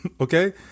Okay